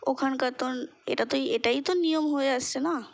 ওখানকার তো এটা তো এটাই তো নিয়ম হয়ে আসছে না